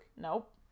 Nope